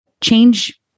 change